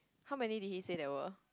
how many did he say there were